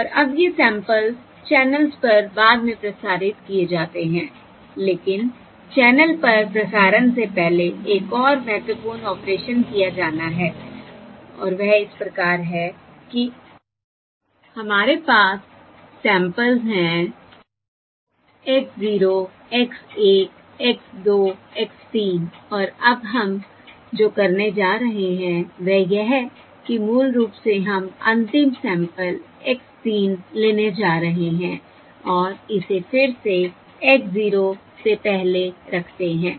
और अब ये सैंपल्स चैनल्स पर बाद में प्रसारित किए जाते हैं लेकिन चैनल पर प्रसारण से पहले एक और महत्वपूर्ण ऑपरेशन किया जाना है और वह इस प्रकार है कि हमारे पास सैंपल्स हैं x 0 x 1 x 2 x 3 और अब हम जो करने जा रहे हैं वह यह कि मूल रूप से हम अंतिम सैंपल x 3 लेने जा रहे हैं और इसे फिर से x 0 से पहले रखते हैं